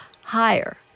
higher